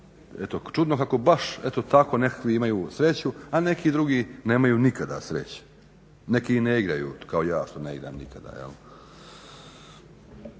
eto čudno kako baš eto tako nekakvi imaju sreću a neki drugi nemaju nikada sreće, neki ne igraju kao ja što ne igram nikada,